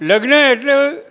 લગ્ન એટલે